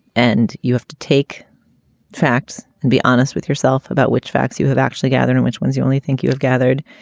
and you have to take facts and be honest with yourself about which facts you have actually gathered and which ones you only think you have gathered,